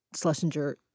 Schlesinger